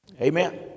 Amen